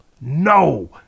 no